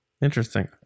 Interesting